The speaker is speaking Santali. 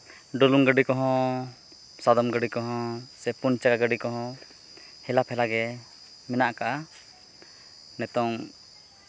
ᱰᱩᱞᱩᱝ ᱜᱟᱹᱰᱤ ᱠᱚᱦᱚᱸ ᱥᱟᱫᱚᱢ ᱜᱟᱹᱰᱤ ᱠᱚᱦᱚᱸ ᱥᱮ ᱯᱩᱱ ᱪᱟᱠᱟ ᱜᱟᱹᱰᱤ ᱠᱚᱦᱚᱸ ᱦᱮᱞᱟ ᱯᱷᱮᱞᱟ ᱜᱮ ᱢᱮᱱᱟᱜ ᱠᱟᱜᱼᱟ ᱱᱤᱛᱚᱝ